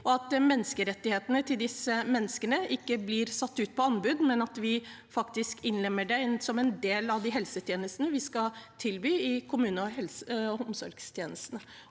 og at menneskerettighetene til disse menneskene ikke blir satt ut på anbud, men at vi faktisk innlemmer dem som en del av de helsetjenestene vi skal tilby i kommune- og omsorgstjenestene.